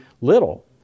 little